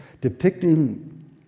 depicting